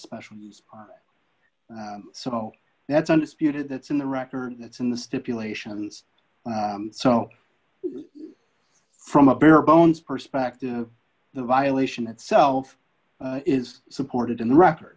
special so that's undisputed that's in the record that's in the stipulations so from a bare bones perspective the violation itself is supported in